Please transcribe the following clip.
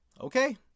Okay